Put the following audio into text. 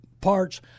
parts